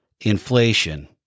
inflation